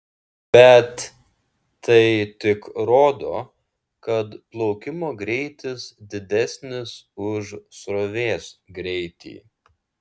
bet tai tik rodo kad plaukimo greitis didesnis už srovės greitį